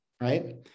right